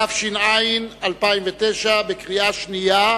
התש"ע 2009, בקריאה שנייה.